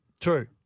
True